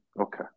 Okay